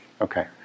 Okay